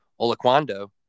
Olaquando